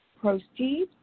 proceed